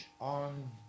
on